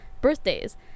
birthdays